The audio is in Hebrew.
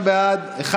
אנחנו כחברי ועדת